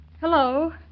Hello